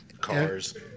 Cars